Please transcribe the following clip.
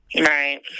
right